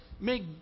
make